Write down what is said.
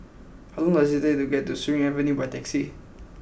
how long does it take to get to Surin Avenue by taxi